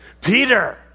Peter